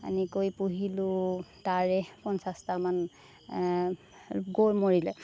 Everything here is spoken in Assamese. এনেকৈ পুহিলোঁ তাৰে পঞ্চাছটামান গৈ মৰিলে